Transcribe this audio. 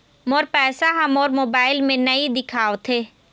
मोर पैसा ह मोर मोबाइल में नाई दिखावथे